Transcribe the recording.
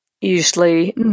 usually